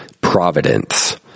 Providence